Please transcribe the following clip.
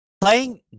Playing